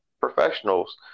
professionals